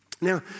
Now